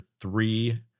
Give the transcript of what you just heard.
three